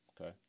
okay